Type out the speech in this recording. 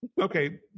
Okay